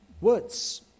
words